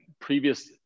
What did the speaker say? previous